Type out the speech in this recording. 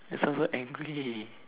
that's not even angry